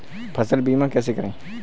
फसल बीमा कैसे कराएँ?